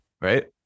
Right